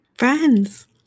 Friends